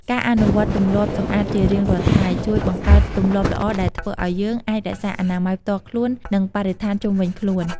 ការអនុវត្តទម្លាប់សម្អាតជារៀងរាល់ថ្ងៃ ជួយបង្កើតទម្លាប់ល្អ ដែលធ្វើឲ្យយើងអាចរក្សាអនាម័យផ្ទាល់ខ្លួន និងបរិស្ថានជុំវិញខ្លួន។